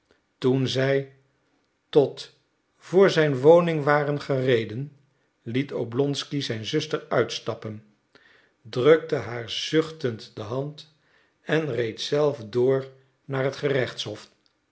toen zij tot voor zijn woning waren gereden liet oblonsky zijn zuster uitstappen drukte haar zuchtend de hand en reed zelf door naar het gerechtshof